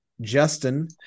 Justin